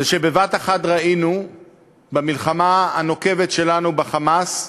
זה שבבת-אחת ראינו במלחמה הנוקבת שלנו ב"חמאס",